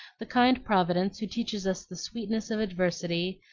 the kind providence, who teaches us the sweetness of adversity,